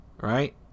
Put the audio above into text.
Right